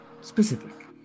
Specific